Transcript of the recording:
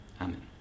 amen